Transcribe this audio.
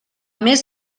més